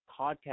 podcast